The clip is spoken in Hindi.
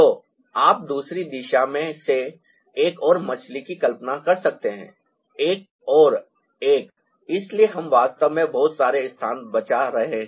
तो आप दूसरी दिशा से एक और मछली की कल्पना कर सकते हैं एक और एक इसलिए हम वास्तव में बहुत सारे स्थान बचा रहे हैं